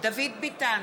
דוד ביטן,